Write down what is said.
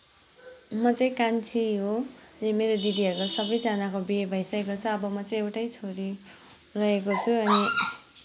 म चाहिँ कान्छी हो अनि मेरो दिदीहरूको सबैजनाको बिहे भैसकेको छ अब म चाहिँ एउटै छोरी रहेको छु अनि